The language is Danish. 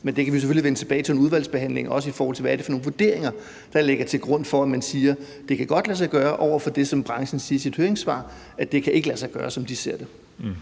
Men det kan vi selvfølgelig vende tilbage til under udvalgsbehandlingen, også i forhold til hvad det er for nogle vurderinger, der ligger til grund for, at man siger, at det godt kan lade sig gøre, når branchen i sit høringssvar siger, at det ikke kan lade sig gøre, som de ser det.